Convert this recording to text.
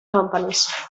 companies